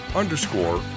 underscore